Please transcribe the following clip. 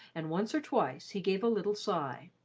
and once or twice he gave a little sigh.